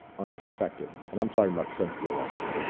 unexpected, and i'm talking about since the election,